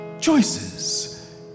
choices